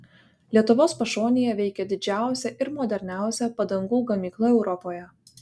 lietuvos pašonėje veikia didžiausia ir moderniausia padangų gamykla europoje